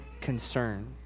concern